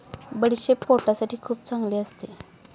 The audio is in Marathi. बडीशेप पोटासाठी खूप चांगली असते